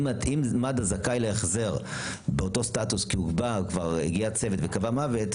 אם מד"א זכאי להחזר באותו סטטוס כי כבר הגיע צוות וקבע מוות,